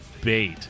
bait